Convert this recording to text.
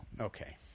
Okay